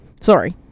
Sorry